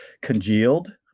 congealed